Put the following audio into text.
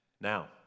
Now